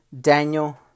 Daniel